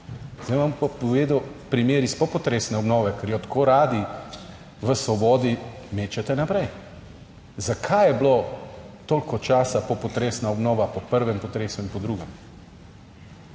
Zdaj bom pa povedal primer iz popotresne obnove, ker jo tako radi v Svobodi mečete naprej. Zakaj je bilo toliko časa popotresna obnova po prvem potresu in po drugem?